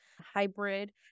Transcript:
hybrid